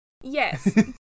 Yes